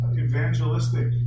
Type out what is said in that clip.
evangelistic